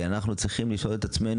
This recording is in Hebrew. ואנחנו צריכים לשאול את עצמו,